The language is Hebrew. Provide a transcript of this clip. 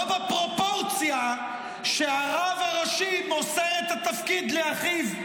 לא בפרופורציה שהרב הראשי מוסר את התפקיד לאחיו,